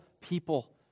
people